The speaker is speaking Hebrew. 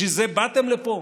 בשביל זה באתם לפה?